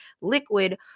liquid